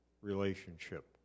relationship